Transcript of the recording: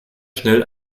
schnell